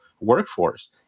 workforce